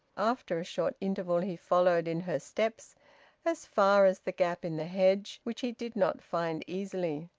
after a short interval he followed in her steps as far as the gap in the hedge, which he did not find easily.